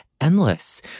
endless